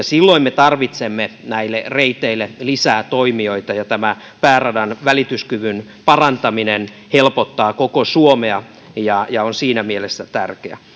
silloin me tarvitsemme näille reiteille lisää toimijoita ja tämä pääradan välityskyvyn parantaminen helpottaa koko suomea ja ja on siinä mielessä tärkeä